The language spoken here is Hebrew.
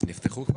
נפתחו כבר?